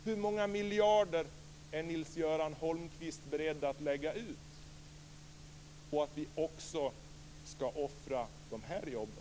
Hur många miljarder är Nils Göran Holmqvist beredd att lägga ut på att vi också skall offra de jobben?